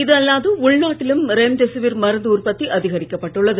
இது அல்லாது உள்நாட்டிலும் ரெம்டெசிவிர் மருந்து உற்பத்தி அதிகரிக்கப்பட்டுள்ளது